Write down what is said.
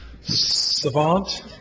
savant